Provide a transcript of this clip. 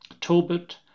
Tobit